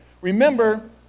Remember